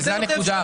זאת הנקודה.